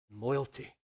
loyalty